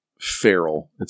feral